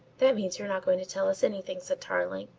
that means you're not going to tell us anything, said tarling.